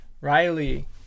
Riley